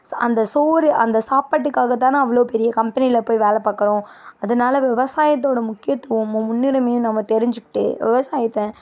அந்த சோறு அந்த சாப்பாட்டுக்காகத்தானே அவ்வளோ பெரிய கம்பெனியில் போய் வேலை பார்க்குறோம் அதனால விவசாயத்தோட முக்கியத்துவமும் முன்னுரிமையும் நம்ம தெரிஞ்சுக்கிட்டு விவசாயத்தை